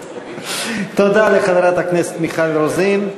תודה לחברת הכנסת מיכל רוזין,